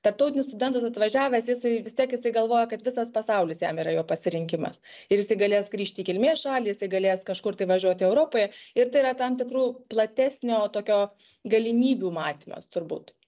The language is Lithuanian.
tarptautinis studentas atvažiavęs jisai vis tiek jisai galvoja kad visas pasaulis jam yra jo pasirinkimas ir jisai galės grįžti į kilmės šalį jisai galės kažkur tai važiuoti europoje ir tai yra tam tikrų platesnio tokio galimybių matymas turbūt